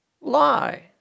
lie